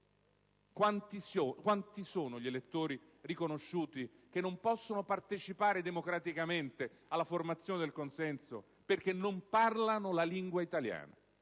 Quanti sono gli elettori riconosciuti che non possono partecipare democraticamente alla formazione del consenso perché non parlano la lingua italiana?